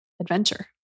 adventure